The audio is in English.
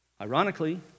Ironically